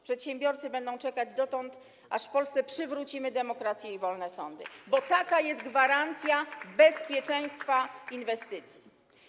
Przedsiębiorcy będą czekać dotąd, aż w Polsce przywrócimy demokrację i wolne sądy, bo taka jest gwarancja bezpieczeństwa inwestycji.